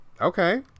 Okay